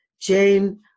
Jane